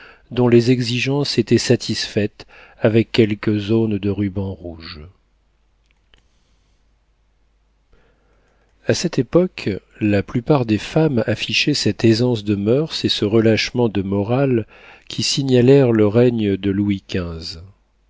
dont les exigences étaient satisfaites avec quelques aunes de ruban rouge a cette époque la plupart des femmes affichaient cette aisance de moeurs et ce relâchement de morale qui signalèrent le règne de louis